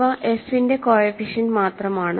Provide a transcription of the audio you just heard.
ഇവ f ന്റെ coefficient മാത്രമാണ്